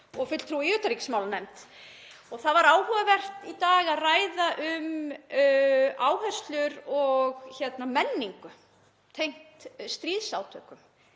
og fulltrúi í utanríkismálanefnd. Það var áhugavert í dag að ræða um áherslur og menningu tengt stríðsátökum.